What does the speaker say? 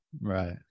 Right